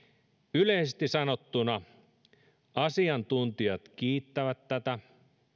yleisesti sanottuna asiantuntijat kiittävät tätä